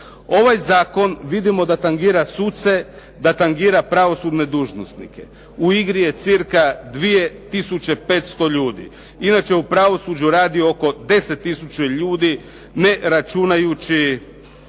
Ovaj zakon vidimo da tangira suce, da tangira pravosudne dužnosnike. U igri je cca 2 tisuće 500 ljudi. Inače u pravosuđu radi oko 10 tisuća ljudi ne računajući